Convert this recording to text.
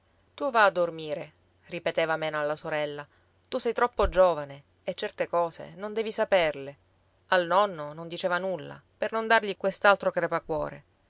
tu va a dormire ripeteva mena alla sorella tu sei troppo giovane e certe cose non devi saperle al nonno non diceva nulla per non dargli quest'altro crepacuore